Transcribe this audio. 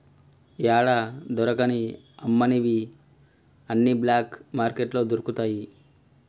యాడా దొరకని అమ్మనివి అన్ని బ్లాక్ మార్కెట్లో దొరుకుతయి